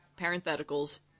parentheticals